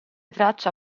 traccia